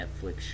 Netflix